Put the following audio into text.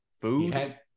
Food